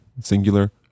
singular